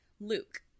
Luke